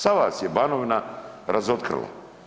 Sad vas je Banovina razotkrila.